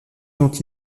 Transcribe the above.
dont